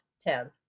tab